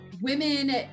Women